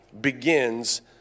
begins